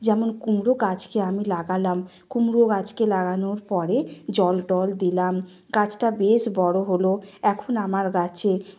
যেমন কুমড়ো গাছকে আমি লাগালাম কুমড়ো গাছকে লাগানোর পরে জল টল দিলাম গাছটা বেশ বড় হল এখন আমার গাছে